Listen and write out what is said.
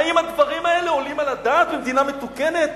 האם הדברים האלו עולים על הדעת במדינה מתוקנת?